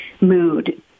mood